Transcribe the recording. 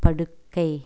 படுக்கை